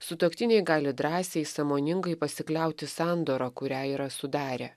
sutuoktiniai gali drąsiai sąmoningai pasikliauti sandora kurią yra sudarę